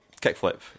kickflip